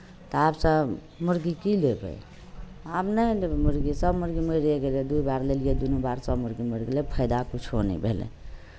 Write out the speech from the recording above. तऽ आब तऽ मुर्गी की लेबै आब नहि लेबै मुर्गी सभ मुर्गी मरिए गेलै दू बार लेलियै दुनू बार सभ मुर्गी मरि गेलै फायदा किछो नहि भेलै